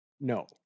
No